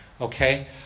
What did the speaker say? Okay